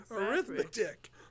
arithmetic